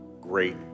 great